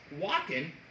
walking